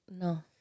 no